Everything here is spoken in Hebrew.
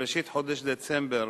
בראשית חודש דצמבר,